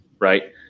right